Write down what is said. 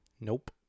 nope